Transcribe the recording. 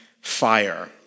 fire